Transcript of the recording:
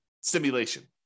simulation